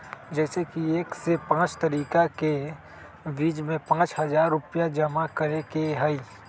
जैसे कि एक से पाँच तारीक के बीज में पाँच हजार रुपया जमा करेके ही हैई?